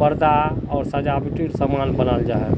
परदे आर सजावटेर सामान बनाल जा छेक